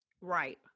Right